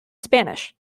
spanish